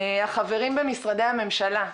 החברים במשרדי הממשלה,